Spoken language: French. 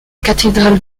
cathédrale